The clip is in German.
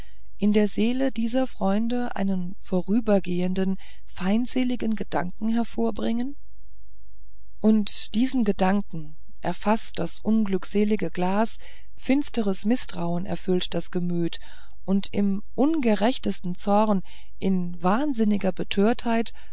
in der seele dieser freunde einen vorübergehenden feindseligen gedanken hervorbringen und diesen gedanken erfaßt das unglückselige glas finsteres mißtrauen erfüllt das gemüt und im ungerechtesten zorn in wahnsinniger